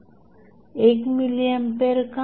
1 milliampere का